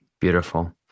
Beautiful